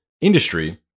industry